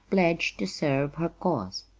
pledged to serve her cause.